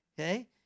Okay